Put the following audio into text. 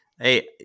Hey